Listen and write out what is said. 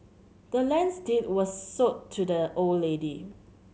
the land's deed was sold to the old lady